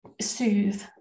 soothe